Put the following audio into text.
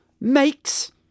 makes